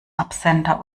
absender